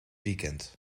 weekend